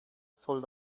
soll